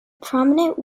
prominent